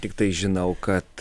tiktai žinau kad